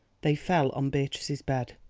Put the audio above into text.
they fell on beatrice's bed